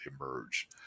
emerge